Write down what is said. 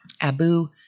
Abu